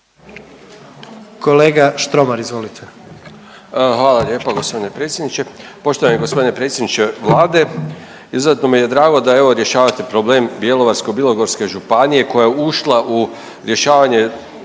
Kolega Štromar izvolite.